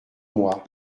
moi